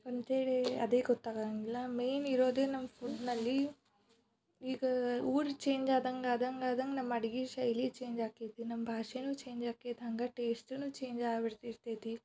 ಅಂತ ಹೇಳಿ ಅದೇ ಗೊತ್ತಾಗೋಂಗಿಲ್ಲ ಮೇಯ್ನ್ ಇರೋದೇ ನಮ್ಮ ಫುಡ್ನಲ್ಲಿ ಈಗ ಊರು ಚೇಂಜ್ ಆದಂಗೆ ಆದಂಗೆ ಆದಂಗೆ ನಮ್ಮ ಅಡಿಗೆ ಶೈಲಿ ಚೇಂಜ್ ಆಕೈತಿ ನಮ್ಮ ಭಾಷೆಯೂ ಚೇಂಜ್ ಆಕೈಟಿ ಹಂಗೆ ಟೇಸ್ಟೂ ಚೇಂಜ್ ಆಗಿಬಿಟ್ಟಿರ್ತೈತಿ